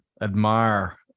Admire